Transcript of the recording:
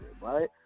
right